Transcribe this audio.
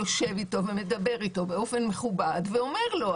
יושב איתו ומדבר איתו באופן מכובד ואומר לו.